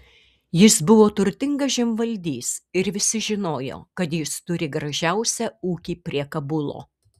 jis buvo turtingas žemvaldys ir visi žinojo kad jis turi gražiausią ūkį prie kabulo